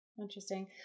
Interesting